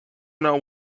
know